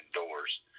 indoors